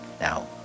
now